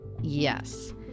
Yes